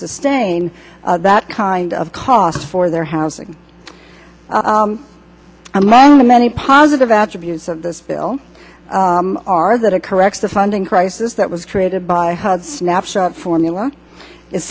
sustain that kind of cost for their housing among the many positive attributes of this bill are that it corrects the funding crisis that was created by hud snapshot formula it